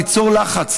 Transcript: ליצור לחץ,